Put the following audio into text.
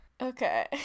Okay